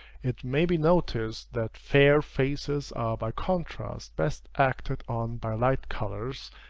it may be noticed, that fair faces are by contrast best acted on by light colors,